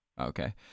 Okay